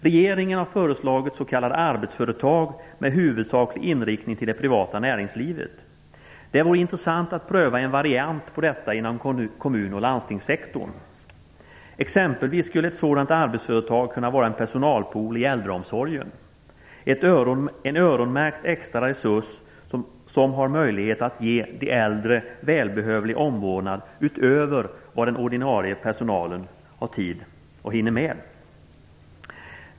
Regeringen har föreslagit att man skulle skapa s.k. arbetsföretag med en huvudsaklig inriktning på det privata näringslivet. Det vore intressant att pröva en variant av detta inom kommun och landstingssektorn. Ett sådant arbetsföretag skulle t.ex. kunna vara en personalpool i äldreomsorgen. Det skulle vara en öronmärkt extra resurs som har möjlighet att ge de äldre välbehövlig omvårdnad utöver vad den ordinarie personalen hinner med.